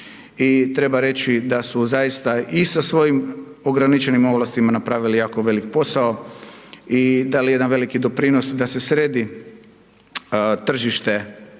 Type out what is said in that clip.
i treba reći da su zaista i sa svojim ograničenim ovlastima napravili jako velik posao i dali jedan veliki doprinos da se sredi tržište